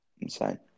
insane